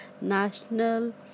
National